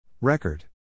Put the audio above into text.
Record